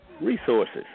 resources